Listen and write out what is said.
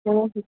हो हो